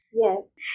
Yes